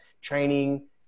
training